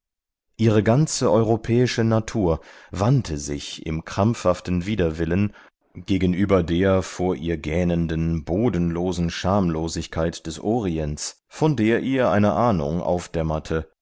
ihre ganze europäische natur wandte sich im krampfhaften widerwillen um gegenüber der vor ihr gähnenden bodenlosen schamlosigkeit des orients von der ihr eine ahnung aufdämmerte